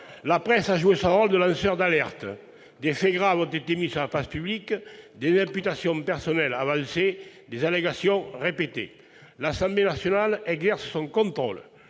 la presse a joué son rôle de lanceur d'alerte. Des faits graves ont été mis sur la place publique, des imputations personnelles avancées, des allégations répétées. L'Assemblée nationale exerce son contrôle.